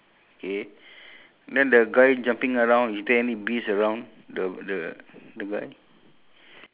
hay~ the haystack ah three haystack ah